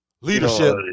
Leadership